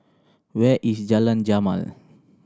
where is Jalan Jamal